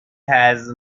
has